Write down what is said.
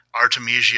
Artemisia